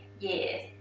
yes,